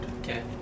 Okay